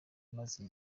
maze